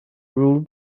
ruled